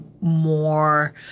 more—